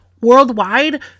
Worldwide